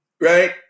Right